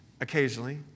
occasionally